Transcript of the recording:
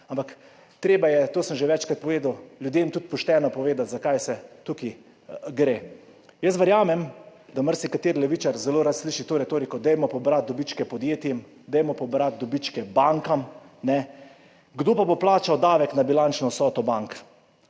Ampak treba je, to sem že večkrat povedal, ljudem tudi pošteno povedati, za kaj tukaj gre. Verjamem, da marsikateri levičar zelo rad sliši to retoriko, dajmo pobrati dobičke podjetjem, dajmo pobrati dobičke bankam – kdo pa bo plačal davek na bilančno vsoto bank?